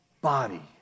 body